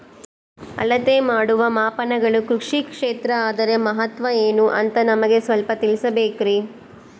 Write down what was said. ಅಳತೆ ಮಾಡುವ ಮಾಪನಗಳು ಕೃಷಿ ಕ್ಷೇತ್ರ ಅದರ ಮಹತ್ವ ಏನು ಅಂತ ನಮಗೆ ಸ್ವಲ್ಪ ತಿಳಿಸಬೇಕ್ರಿ?